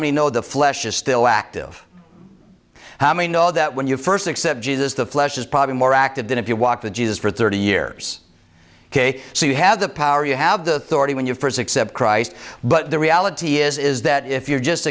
many know the flesh is still active how many know that when you first accept jesus the flesh is probably more active than if you walk to jesus for thirty years ok so you have the power you have the authority when you first accept christ but the reality is that if you're just